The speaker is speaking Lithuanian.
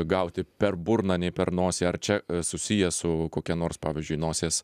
gauti per burną nei per nosį ar čia susiję su kokia nors pavyzdžiui nosies